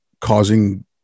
causing